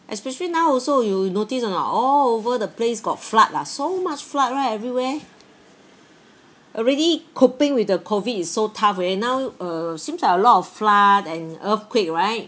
especially now also you notice or not all over the place got flood ah so much flood right everywhere already coping with the COVID is so tough eh now uh seems like a lot of flood and earthquake right